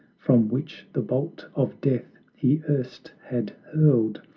from which the bolt of death he erst had hurled,